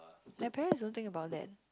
my parent don't think about that